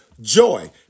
joy